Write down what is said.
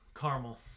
Caramel